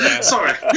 Sorry